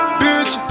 bitch